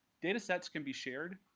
data sets can be shared.